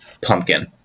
pumpkin